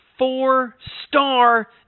Four-star